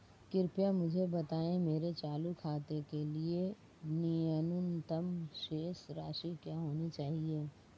कृपया मुझे बताएं मेरे चालू खाते के लिए न्यूनतम शेष राशि क्या होनी चाहिए?